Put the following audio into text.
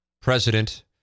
President